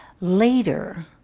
later